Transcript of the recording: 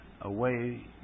away